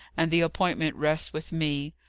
and the appointment rests with me.